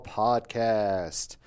podcast